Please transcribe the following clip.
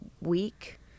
week